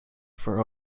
for